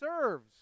serves